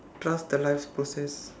trust the life's process